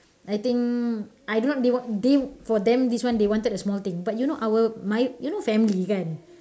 I think I do not they want they for them this one they wanted a small thing but you know our my you know family kan